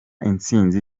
intsinzi